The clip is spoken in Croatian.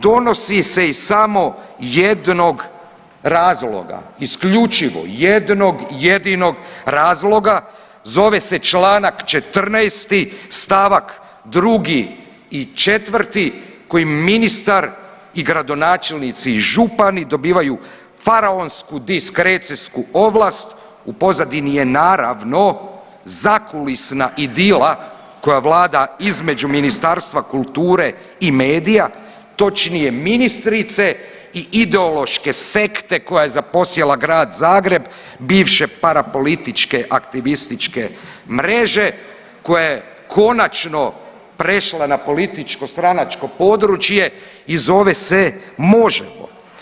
Donosi se iz samo jednog razloga, isključivo jednog jedinog razloga zove se čl. 14. st. 2. i 4. kojem ministar i gradonačelnici i župani dobivaju faraonsku diskrecijsku ovlast u pozadini je naravno zakulisna idila koja vlada između Ministarstva kulture i medije, točnije ministrice i ideološke sekte koja je zaposjela grad Zagreb, bivše parapolitičke aktivističke mreže koja je konačno prešla na političko stranačko područje i zove se Možemo.